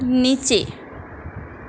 નીચે